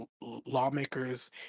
lawmakers